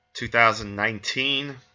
2019